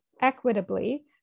equitably